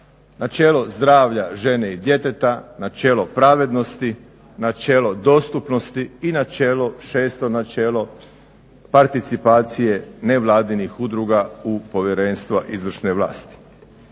načelo zdravlja žene i djeteta, načelo pravednosti, načelo dostupnosti i 6. načelo participacije nevladinih udruga u povjerenstva izvršne vlasti.